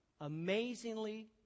amazingly